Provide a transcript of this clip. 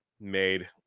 made